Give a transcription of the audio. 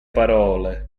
parole